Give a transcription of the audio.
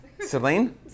Celine